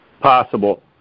Possible